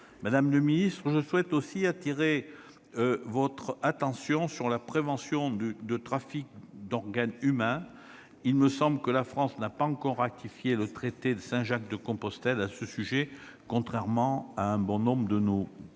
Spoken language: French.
Madame le ministre, je souhaite aussi attirer votre attention sur la prévention du trafic d'organes humains ; il me semble que la France n'a pas encore ratifié le traité de Saint-Jacques-de-Compostelle à ce sujet, contrairement à bon nombre de nos voisins.